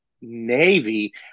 navy